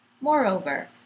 Moreover